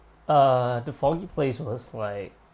uh the foggy place was like